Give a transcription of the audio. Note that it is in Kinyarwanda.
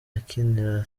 akinira